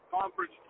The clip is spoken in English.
conference